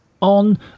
On